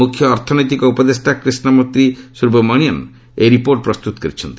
ମୁଖ୍ୟ ଅର୍ଥନୈତିକ ଉପଦେଷ୍ଟା କ୍ରିଷ୍ଣମୂର୍ତ୍ତି ସୁବ୍ରମଣ୍ୟନ୍ ଏହି ରିପୋର୍ଟ ପ୍ରସ୍ତୁତ କରିଛନ୍ତି